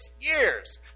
years